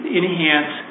enhance